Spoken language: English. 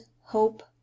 hope